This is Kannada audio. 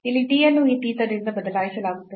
ಇಲ್ಲಿ t ಅನ್ನು ಈ theta ದಿಂದ ಬದಲಾಯಿಸಲಾಗುತ್ತದೆ